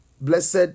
blessed